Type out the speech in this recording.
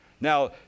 Now